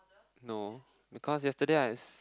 no because yesterday I